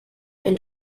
and